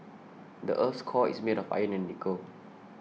the earth's core is made of iron and nickel